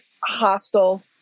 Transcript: hostile